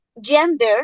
gender